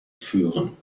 führen